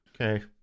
okay